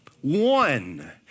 one